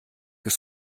ist